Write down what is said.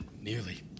Nearly